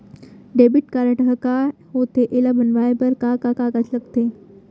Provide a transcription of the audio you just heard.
Debit card ह का होथे एला बनवाए बर का का कागज लगथे?